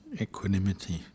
equanimity